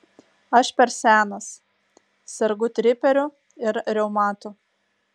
aš per senas sergu triperiu ir reumatu